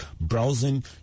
browsing